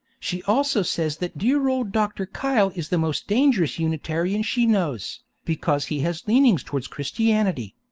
she also says that dear old dr. kyle is the most dangerous unitarian she knows, because he has leanings towards christianity.